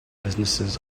businesses